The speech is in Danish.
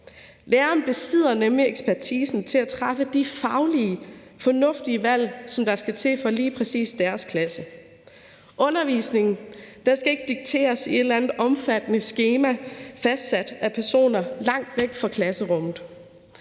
Lærerne besidder nemlig ekspertisen til at træffe de faglige og fornuftige valg, som der skal til for lige præcis deres klasse. Undervisningen skal ikke dikteres af et eller andet omfattende skema fastsat af personer langt væk fra klasserummet.